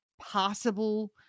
possible